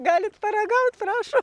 galit paragaut prašom